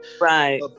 right